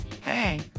Hey